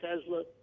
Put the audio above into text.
Tesla